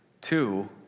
Two